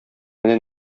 менә